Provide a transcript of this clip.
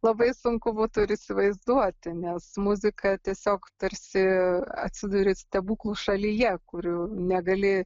labai sunku būtų ir įsivaizduoti nes muzika tiesiog tarsi atsiduri stebuklų šalyje kur negali